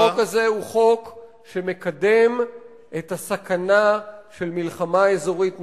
החוק הזה הוא חוק שמקדם את הסכנה של מלחמה אזורית נוספת,